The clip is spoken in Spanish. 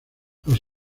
los